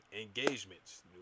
engagements